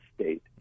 state